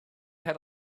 had